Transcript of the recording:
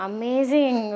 Amazing